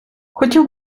хотів